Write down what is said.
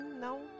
No